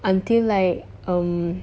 until like um